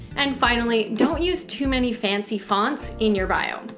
and finally, don't use too many fancy fonts in your bio.